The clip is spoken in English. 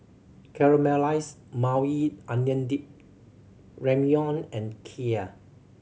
Caramelized Maui Onion Dip Ramyeon and Kheer